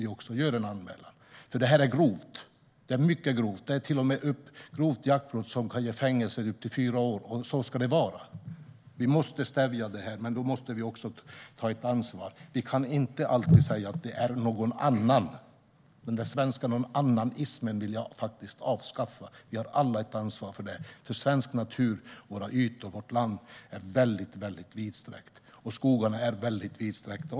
Detta är ett mycket grovt brott. Grovt jaktbrott kan ge fängelse i upp till fyra år, och så ska det vara. Vi måste stävja det här. Men då måste vi också ta ett ansvar. Vi kan inte alltid säga att det är någon annans fel. Jag vill faktiskt avskaffa den svenska nånannanismen. Vi har alla ett ansvar för detta. Svensk natur och skogarna är vidsträckta.